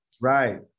Right